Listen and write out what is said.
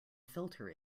filter